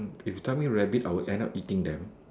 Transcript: if you tell me rabbit I will end up eating them